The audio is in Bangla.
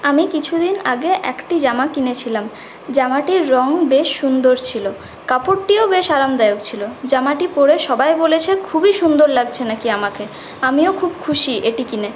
আমি কিছুদিন আগে একটি জামা কিনেছিলাম জামাটির রঙ বেশ সুন্দর ছিল কাপড়টিও বেশ আরামদায়ক ছিল জামাটি পরে সবাই বলেছে খুবই সুন্দর লাগছে নাকি আমাকে আমিও খুব খুশি এটি কিনে